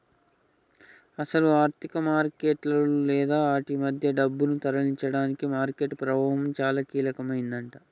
అసలు ఆర్థిక మార్కెట్లలో లేదా ఆటి మధ్య డబ్బును తరలించడానికి మార్కెట్ ప్రభావం చాలా కీలకమైందట